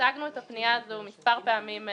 השימושים של הפנייה הם כמו שפירטתי.